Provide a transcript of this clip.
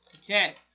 Okay